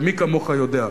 ומי כמוך יודע,